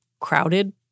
crowded